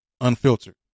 unfiltered